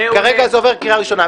כרגע זה עובר קריאה ראשונה.